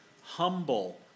humble